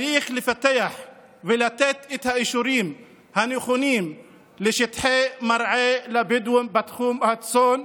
צריך לפתח ולתת את האישורים הנכונים לשטחי מרעה לבדואים בתחום הצאן,